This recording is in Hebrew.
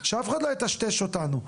שאף אחד לא יטשטש אותנו,